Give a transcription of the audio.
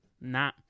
nah